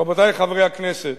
רבותי חברי הכנסת,